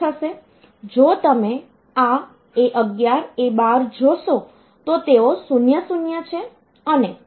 જો તમે આ A11 A12 જોશો તો તેઓ 0 0 છે અને આ બિટ્સ બધા 0 છે